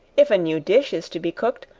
if a new dish is to be cooked,